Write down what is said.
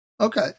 Okay